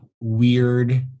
weird